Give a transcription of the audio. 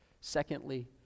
Secondly